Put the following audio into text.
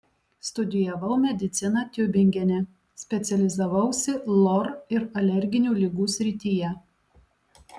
studijavau mediciną tiubingene specializavausi lor ir alerginių ligų srityje